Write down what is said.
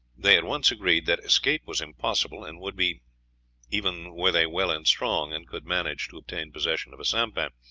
they at once agreed that escape was impossible, and would be even were they well and strong and could manage to obtain possession of a sampan,